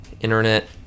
internet